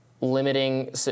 Limiting